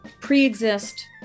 pre-exist